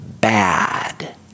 bad